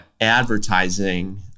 advertising